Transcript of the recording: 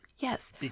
Yes